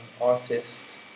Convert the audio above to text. artist